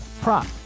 prop